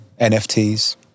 NFTs